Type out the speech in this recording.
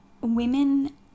women